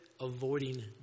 avoiding